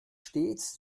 stets